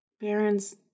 Baron's